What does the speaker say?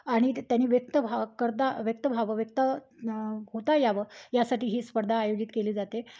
आणि त त्यांनी व्यक्त व्हा करता व्यक्त व्हावं व्यक्त होता यावं यासाठी ही स्पर्धा आयोजित केली जाते